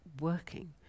working